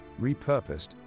repurposed